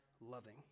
loving